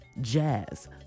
jazz